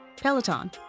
Peloton